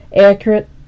accurate